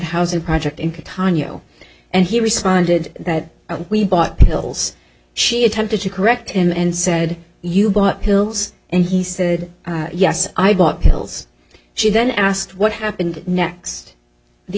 housing project into tanya and he responded that we bought pills she attempted to correct him and said you bought pills and he said yes i bought pills she then asked what happened next the